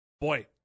boy